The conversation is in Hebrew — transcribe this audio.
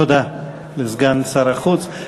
תודה לסגן שר החוץ.